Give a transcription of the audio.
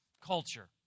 culture